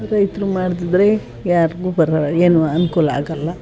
ರೈತರು ಮಾಡದಿದ್ರೆ ಯಾರಿಗೂ ಬರ ಏನೂ ಅನುಕೂಲ ಆಗೋಲ್ಲ